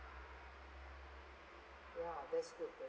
ya that's good that's